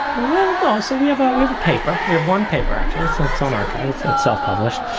well, no. so we have ah we have a paper. we have one paper actually. it's on it's on archive. it's it's self-published,